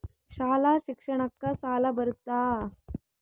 ಶಾಲಾ ಶಿಕ್ಷಣಕ್ಕ ಸಾಲ ಬರುತ್ತಾ?